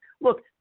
look